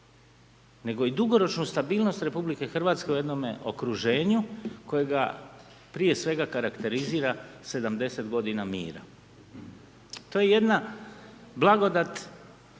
nego i dugoročnu stabilnost Republike Hrvatske u jednome okruženju kojega prije svega karakterizira 70 godina mira. To je jedna blagodat